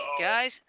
guys